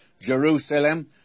Jerusalem